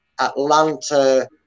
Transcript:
Atlanta